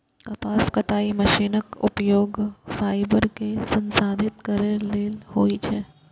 कपास कताइ मशीनक उपयोग फाइबर कें संसाधित करै लेल होइ छै